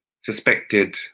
suspected